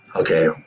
Okay